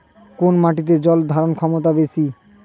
কোন মাটির জল ধারণ ক্ষমতা বেশি?